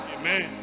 Amen